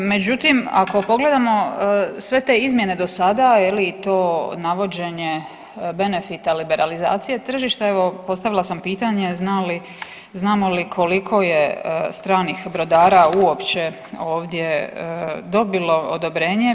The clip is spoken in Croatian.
Međutim, ako pogledamo sve te izmjene do sada je li i to navođenje benefita liberalizacije tržišta, evo postavila sam pitanje zna li, znamo li koliko je stranih brodara uopće ovdje dobilo odobrenje.